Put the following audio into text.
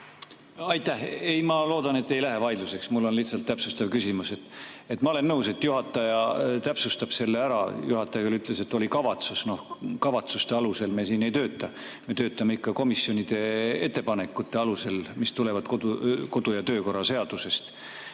Aitäh! Ma loodan, et ei lähe vaidluseks, mul on lihtsalt täpsustav küsimus. Ma olen nõus, et juhataja täpsustab selle ära, kuigi ta küll ütles, et oli selline kavatsus. Kavatsuste alusel me siin ei tööta. Me töötame ikka komisjonide ettepanekute alusel, mis tulevad kodu- ja töökorra seadusest.